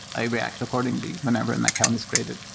i react accordingly whenever an account is created.